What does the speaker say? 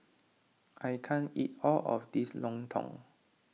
I can't eat all of this Lontong